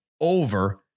over